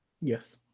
Yes